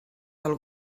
del